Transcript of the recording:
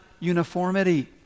uniformity